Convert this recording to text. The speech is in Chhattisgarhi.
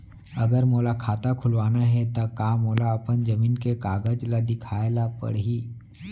अगर मोला खाता खुलवाना हे त का मोला अपन जमीन के कागज ला दिखएल पढही?